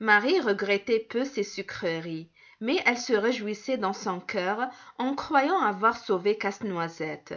marie regrettait peu ses sucreries mais elle se réjouissait dans son cœur en croyant avoir sauvé casse-noisette